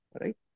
right